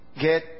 get